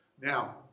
Now